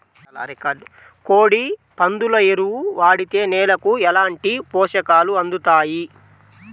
కోడి, పందుల ఎరువు వాడితే నేలకు ఎలాంటి పోషకాలు అందుతాయి